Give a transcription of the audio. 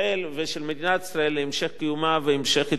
מדינת ישראל להמשך קיומה והמשך התפתחותה.